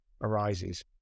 arises